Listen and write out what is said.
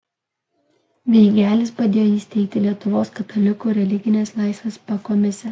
veigelis padėjo įsteigti lietuvos katalikų religinės laisvės pakomisę